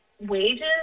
wages